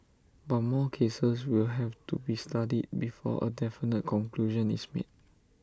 but more cases will have to be studied before A definite conclusion is made